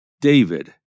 David